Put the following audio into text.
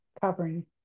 covering